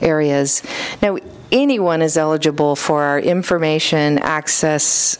areas now anyone is eligible for our information access